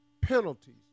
penalties